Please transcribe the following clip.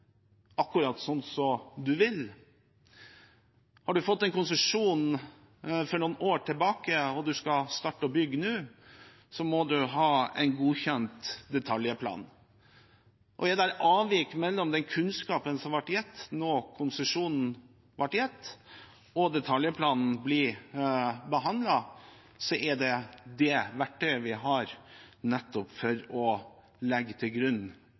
akkurat som man vil. Har man fått en konsesjon for noen år tilbake og skal starte å bygge nå, må man ha en godkjent detaljplan. Er det avvik i kunnskapen fra konsesjonen ble gitt og til detaljplanen ble behandlet, er det det verktøyet vi har nettopp for å legge til grunn